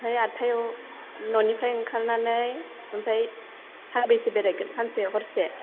ओमफ्राय आदथायाव न'निफ्राइ ओंखारनानै ओमफ्राय सानबेसे बेरायगोन सानसे हरसे